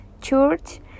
church